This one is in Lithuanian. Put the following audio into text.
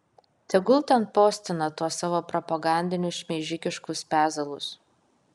tegul ten postina tuos savo propagandinius šmeižikiškus pezalus